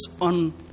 on